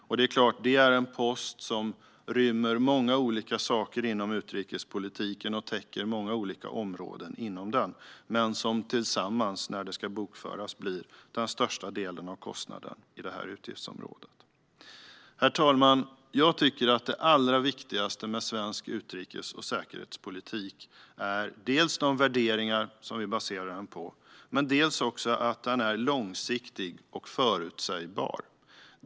Det är klart att det är en post som rymmer många olika saker inom utrikespolitiken och täcker många olika områden inom den, men när allt detta ska bokföras blir det tillsammans den största delen av kostnaden på det här utgiftsområdet. Herr talman! Jag tycker att det allra viktigaste med svensk utrikes och säkerhetspolitik är de värderingar som vi baserar den på men också att den är långsiktig och förutsägbar.